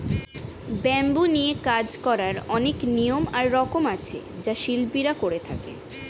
bamboo নিয়ে কাজ করার অনেক নিয়ম আর রকম আছে যা শিল্পীরা করে থাকে